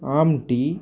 आमटी